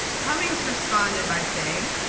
cummings responded by saying,